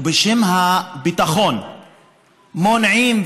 ובשם הביטחון מונעים,